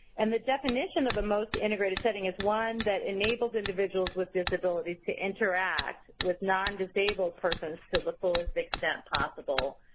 and the definition of a most integrated setting is one that enables individuals with disabilities to interact with non-disabled persons to the fullest extent possible.